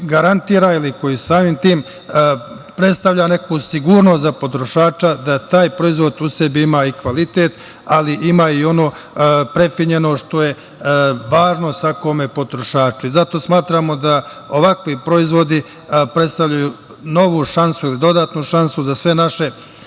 ili koji samim tim predstavlja neku sigurnost za potrošača da taj proizvod u sebi ima i kvalitet, ali ima i ono prefinjeno što je važno svakom potrošaču. Zato smatramo da ovakvi proizvodi predstavljaju novu šansu ili dodatnu šansu za sve naše ljude